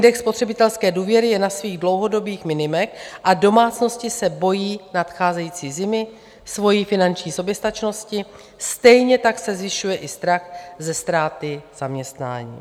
Index spotřebitelské důvěry je na svých dlouhodobých minimech a domácnosti se bojí nadcházející zimy, svojí finanční soběstačnosti, stejně tak se zvyšuje i strach ze ztráty zaměstnání.